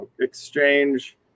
Exchange